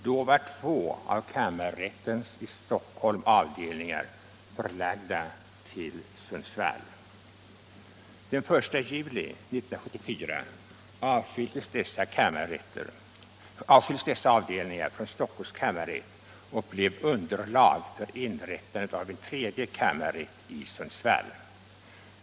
Då var två avkam= I marrättens i Stockholm avdelningar förlagda till Sundsvall. Den 1 juli — Kammarrättsorga 1974 avskildes dessa avdelningar från Stockholms kammarrätt och blev = nisationen underlag för inrättandet av en tredje kammarrätt i Sundsvall.